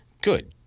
Good